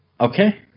Okay